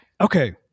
Okay